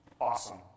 awesome